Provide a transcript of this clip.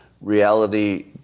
reality